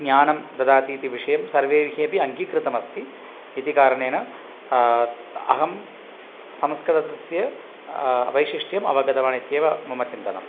ज्ञानं ददाति इति विषयं सर्वे अपि अङ्गीकृतमस्ति इति कारणेन अहं संस्कृतस्य वैशिष्ट्यम् अवगतवानित्येव मम चिन्तनम्